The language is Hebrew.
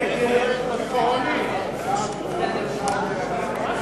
הצעת סיעת קדימה להביע